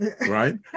right